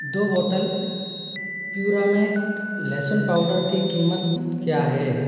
दो बॉटल प्यूरामेट लहसुन पाउडर की कीमत क्या है